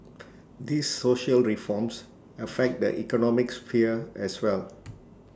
these social reforms affect the economic sphere as well